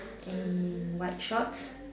and white shorts